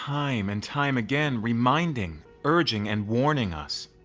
time and time again reminding, urging, and warning us.